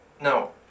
no